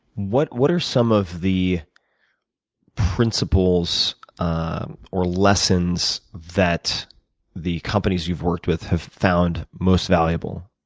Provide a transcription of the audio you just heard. what what are some of the principles and or lessons that the companies you've worked with have found most valuable?